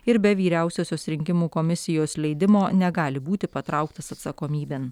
ir be vyriausiosios rinkimų komisijos leidimo negali būti patrauktas atsakomybėn